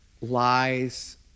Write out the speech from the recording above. lies